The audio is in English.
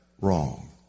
wrong